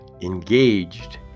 engaged